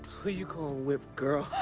who you calling whipped, girl?